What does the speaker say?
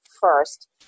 first